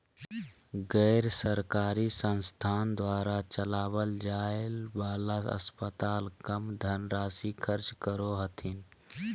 गैर सरकारी संस्थान द्वारा चलावल जाय वाला अस्पताल कम धन राशी खर्च करो हथिन